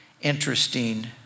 interesting